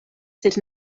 sed